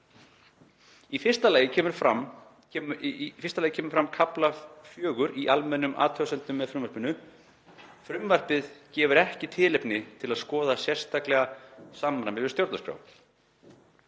Í fyrsta lagi kemur fram í kafla 4 í almennum athugasemdum með frumvarpinu: „Frumvarpið gefur ekki tilefni til að skoða sérstaklega samræmi við stjórnarskrá.“